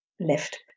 left